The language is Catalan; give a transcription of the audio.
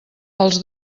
els